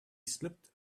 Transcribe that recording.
slipped